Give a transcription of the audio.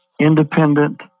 independent